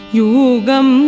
yugam